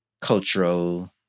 cultural